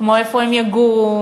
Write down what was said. כמו איפה הם יגורו,